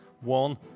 One